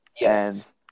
Yes